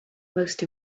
most